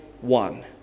one